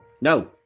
No